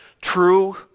true